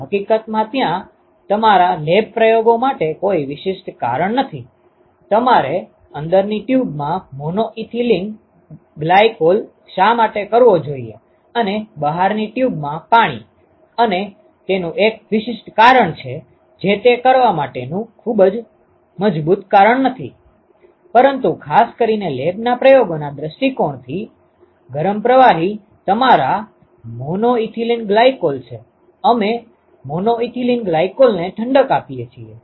હકીકતમાં ત્યાં તમારા લેબ પ્રયોગો માટે કોઈ વિશિષ્ટ કારણ નથી તમારે અંદરની ટ્યુબમાં મોનો ઇથિલિન ગ્લાયકોલ શા માટે રાખવો જોઈએ અને બહારની ટ્યુબમાં પાણી અને તેનું એક વિશિષ્ટ કારણ છે જે તે કરવા માટેનું ખૂબ જ મજબૂત કારણ નથી પરંતુ ખાસ કરીને લેબના પ્રયોગોના દૃષ્ટિકોણથી ગરમ પ્રવાહી તમારા મોનો ઇથિલિન ગ્લાયકોલ છે અમે મોનો ઇથિલિન ગ્લાયકોલને ઠંડક આપીએ છીએ